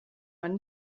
man